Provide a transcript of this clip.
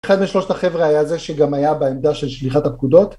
אחד משלושת החברה היה זה שגם היה בעמדה של שליחת הפקודות